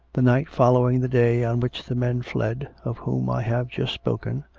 the night following the day on which the men fled, of whom i have just spoken,